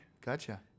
Gotcha